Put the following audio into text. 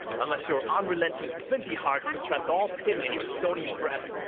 unless your unrelenting flinty hearts suppress all pity in your stony breasts,